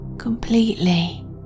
completely